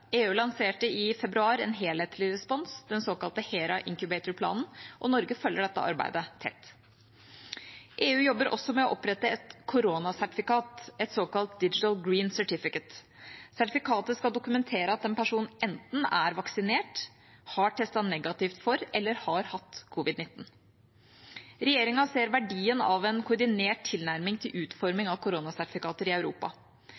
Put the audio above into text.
EU lanserte i februar en helhetlig respons, den såkalte HERA Incubator-planen. Norge følger dette arbeidet tett. EU jobber også med å opprette et koronasertifikat – et såkalt «Digital Green Certificate». Sertifikatet skal dokumentere at en person enten er vaksinert, har testet negativt for eller har hatt covid-19. Regjeringa ser verdien av en koordinert tilnærming til utforming av koronasertifikater i Europa.